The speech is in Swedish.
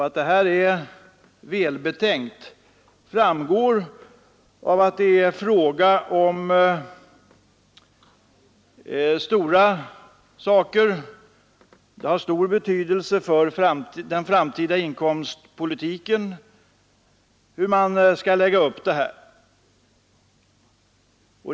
Att det är välbetänkt framgår av att det gäller stora ting; det har stor betydelse för den framtida inkomstpolitiken hur man skall lägga upp det hela.